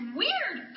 weird